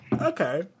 Okay